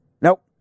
Nope